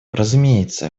разумеется